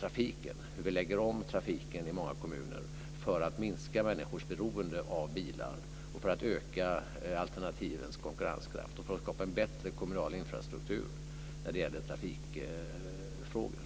trafiken, hur vi lägger om trafiken i många kommuner för att minska människors beroende av bilar, för att öka alternativens konkurrenskraft och för att skapa en bättre kommunal infrastruktur när det gäller trafikfrågor.